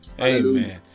Amen